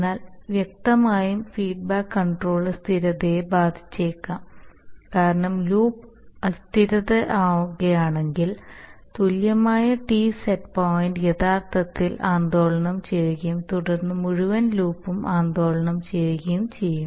എന്നാൽ വ്യക്തമായും feedback controller സ്ഥിരതയെ ബാധിച്ചേക്കാം കാരണം ലൂപ്പ് അസ്ഥിരമാവുകയാണെങ്കിൽ തുല്യമായ ടി സെറ്റ് പോയിന്റ് യഥാർത്ഥത്തിൽ ആന്ദോളനം ചെയ്യുകയും തുടർന്ന് മുഴുവൻ ലൂപ്പും ആന്ദോളനം ചെയ്യുകയും ചെയ്യും